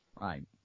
right